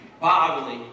bodily